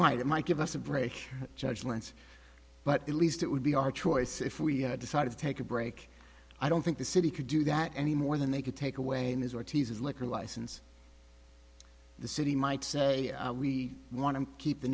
might it might give us a break judgments but at least it would be our choice if we had decided to take a break i don't think the city could do that any more than they could take away ms ortiz's liquor license the city might say we want to keep the